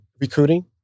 Recruiting